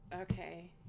Okay